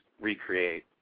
recreate